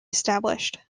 established